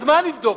אז מה נבדוק?